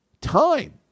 time